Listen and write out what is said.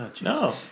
No